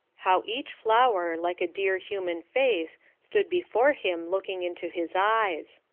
how each flower, like a dear human face, stood before him looking into his eyes.